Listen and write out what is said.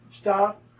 stop